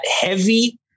heavy